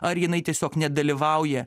ar jinai tiesiog nedalyvauja